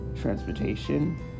transportation